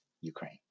Ukraine